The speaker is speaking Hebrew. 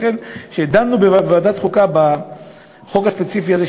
לכן כשדנו בוועדת חוקה בחוק הספציפי הזה,